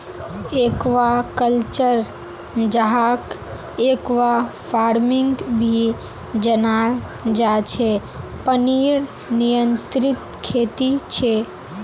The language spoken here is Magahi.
एक्वाकल्चर, जहाक एक्वाफार्मिंग भी जनाल जा छे पनीर नियंत्रित खेती छे